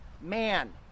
man